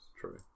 True